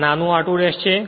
પણ નાનું r2 ' છે